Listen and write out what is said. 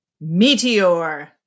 Meteor